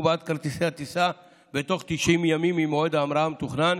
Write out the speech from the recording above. בעד כרטיסי הטיסה בתוך 90 ימים ממועד ההמראה המתוכנן